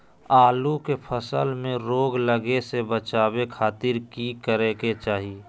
आलू के फसल में रोग लगे से बचावे खातिर की करे के चाही?